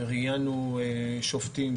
ראיינו שופטים,